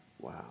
Wow